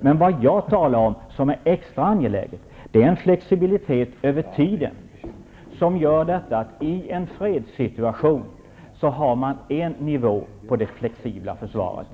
Men det jag talar om som extra angeläget är en flexibilitet över tiden. I en fredssituation har man en nivå på det flexibla försvaret.